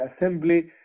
Assembly